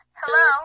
hello